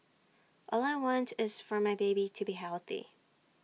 all I want is for my baby to be healthy